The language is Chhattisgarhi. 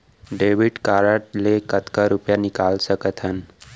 डेबिट कारड ले कतका रुपिया निकाल सकथन?